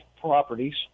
properties